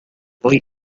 hoy